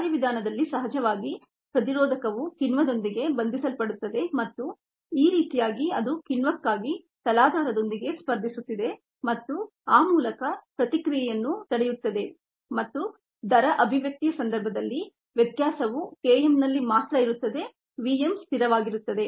ಕಾರ್ಯವಿಧಾನದಲ್ಲಿ ಸಹಜವಾಗಿ ಪ್ರತಿರೋಧಕವು ಕಿಣ್ವದೊಂದಿಗೆ ಬಂಧಿಸಲ್ಪಡುತ್ತದೆ ಮತ್ತು ಈ ರೀತಿಯಾಗಿ ಅದು ಕಿಣ್ವಕ್ಕಾಗಿ ತಲಾಧಾರದೊಂದಿಗೆ ಸ್ಪರ್ಧಿಸುತ್ತಿದೆ ಮತ್ತು ಆ ಮೂಲಕ ಪ್ರತಿಕ್ರಿಯೆಯನ್ನು ತಡೆಯುತ್ತದೆ ಮತ್ತು ದರ ಅಭಿವ್ಯಕ್ತಿಯ ಸಂದರ್ಭದಲ್ಲಿ ವ್ಯತ್ಯಾಸವು K m ನಲ್ಲಿ ಮಾತ್ರ ಇರುತ್ತದೆvm ಸ್ಥಿರವಾಗಿರುತ್ತದೆ